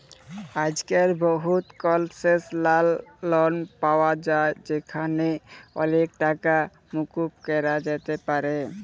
আইজক্যাল বহুত কলসেসলাল লন পাওয়া যায় যেখালে অলেক টাকা মুকুব ক্যরা যাতে পারে